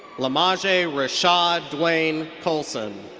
lamaj'e rashad dawyne colson.